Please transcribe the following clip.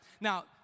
Now